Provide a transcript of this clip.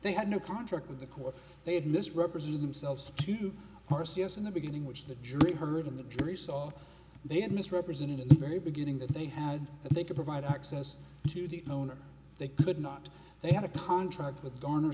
they had no contact with the court they had misrepresented themselves to r c s in the beginning which the jury heard in the jury saw they had misrepresented in the very beginning that they had and they could provide access to the owner they could not they had a contract with garner